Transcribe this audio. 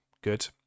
good